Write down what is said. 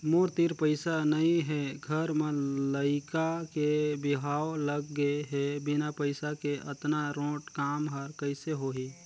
मोर तीर पइसा नइ हे घर म लइका के बिहाव लग गे हे बिना पइसा के अतना रोंट काम हर कइसे होही